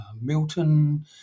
Milton